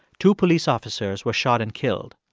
two police officers were shot and killed.